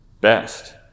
best